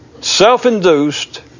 Self-induced